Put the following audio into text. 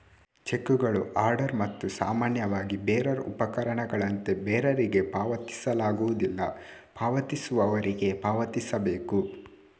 ಚೆಕ್ಕುಗಳು ಆರ್ಡರ್ ಮತ್ತು ಸಾಮಾನ್ಯವಾಗಿ ಬೇರರ್ ಉಪಪಕರಣಗಳಂತೆ ಬೇರರಿಗೆ ಪಾವತಿಸಲಾಗುವುದಿಲ್ಲ, ಪಾವತಿಸುವವರಿಗೆ ಪಾವತಿಸಬೇಕು